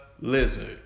lizard